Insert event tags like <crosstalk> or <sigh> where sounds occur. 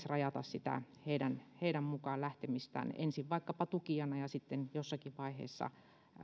<unintelligible> rajata heidän heidän mukaan lähtemistään ensin vaikkapa tukijana ja sitten jossakin vaiheessa